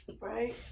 Right